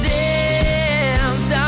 dance